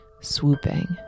swooping